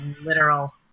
literal